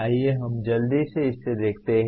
आइए हम जल्दी से इससे देखते है